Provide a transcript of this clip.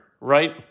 right